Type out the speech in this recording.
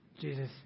Jesus